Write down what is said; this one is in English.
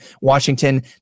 Washington